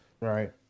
Right